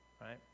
right